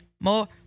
More